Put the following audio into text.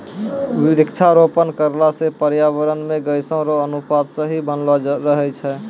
वृक्षारोपण करला से पर्यावरण मे गैसो रो अनुपात सही बनलो रहै छै